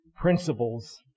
principles